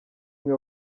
mwe